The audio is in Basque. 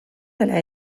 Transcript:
dela